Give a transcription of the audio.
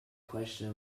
question